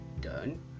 done